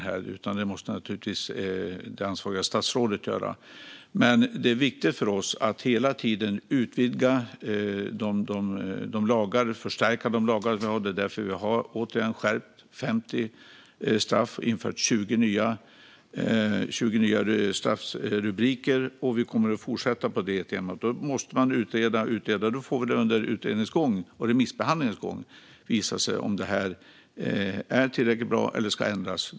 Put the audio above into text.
Det måste naturligtvis det ansvariga statsrådet göra. Men det är viktigt för oss att hela tiden utvidga och förstärka lagarna. Det är därför som vi har skärpt 50 straff och infört 20 nya straffrubriceringar. Vi kommer att fortsätta på det temat. Det måste man utreda. Det får under utredningens och remissbehandlingens gång visa sig om det är tillräckligt bra eller om det ska ändras.